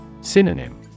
Synonym